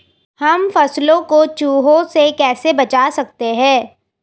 हम फसलों को चूहों से कैसे बचा सकते हैं?